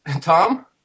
Tom